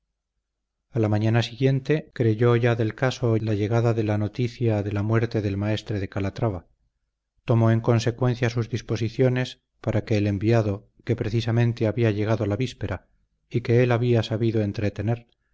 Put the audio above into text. a la mañana siguiente creyó ya del caso la llegada de la noticia de la muerte del maestre de calatrava tomó en consecuencia sus disposiciones para que el enviado que precisamente había llegado la víspera y que él había sabido entretener